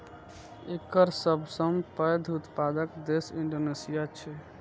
एकर सबसं पैघ उत्पादक देश इंडोनेशिया छियै